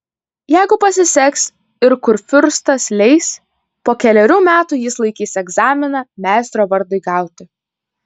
jeigu pasiseks ir kurfiurstas leis po kelerių metų jis laikys egzaminą meistro vardui gauti